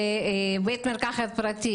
בבית מרקחת פרטי.